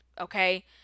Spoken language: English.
Okay